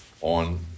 on